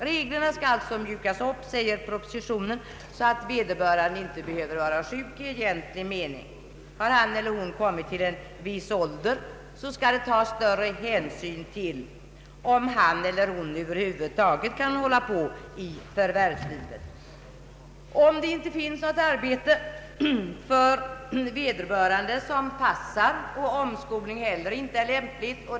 Reglerna skall mjukas upp, sägs det i propositionen, på ett sådant sätt att vederbörande inte behöver vara sjuk i egentlig mening. Om han eller hon kommit till en viss ålder skall det tas större hänsyn till om han eller hon över huvud taget kan fortsätta i förvärvslivet. Det kanske inte finns något arbete för vederbörande som passar, och det är kanske inte heller lämpligt med en omskolning.